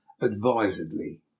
advisedly